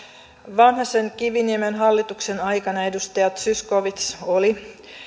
vanhasen kiviniemen hallituksen aikana edustaja zyskowicz oli